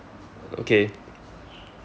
okay